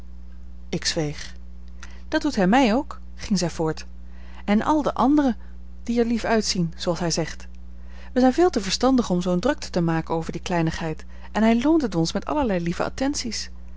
ik zweeg dat doet hij mij ook ging zij voort en al de anderen die er lief uitzien zooals hij zegt wij zijn veel te verstandig om zoo'n drukte te maken over die kleinigheid en hij loont het ons met allerlei lieve attenties